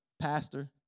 pastor